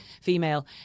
female